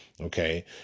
Okay